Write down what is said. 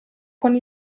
con